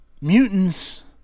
mutants